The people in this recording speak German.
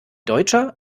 deutscher